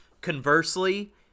Conversely